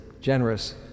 generous